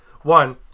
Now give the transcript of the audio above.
one